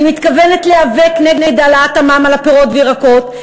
אני מתכוונת להיאבק נגד העלאת המע"מ על הפירות והירקות.